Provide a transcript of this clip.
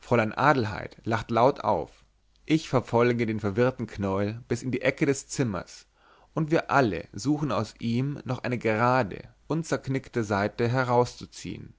fräulein adelheid lacht laut auf ich verfolge den verwirrten knäuel bis in die ecke des zimmers und wir alle suchen aus ihm noch eine gerade unzerknickte saite herauszuziehen